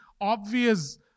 obvious